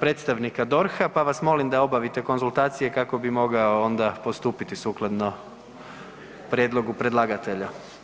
predstavnika DORH-a, pa vas molim da obavite konzultacije kako bih mogao onda postupiti sukladno prijedlogu predlagatelja.